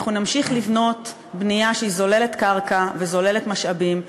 אנחנו נמשיך לבנות בנייה שהיא זוללת קרקע וזוללת משאבים,